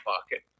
pocket